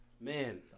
man